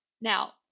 Now